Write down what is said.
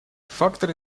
факторы